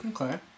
Okay